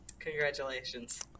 Congratulations